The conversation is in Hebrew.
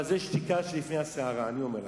אבל זאת שתיקה שלפני הסערה, אני אומר לכם,